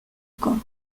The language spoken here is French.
corps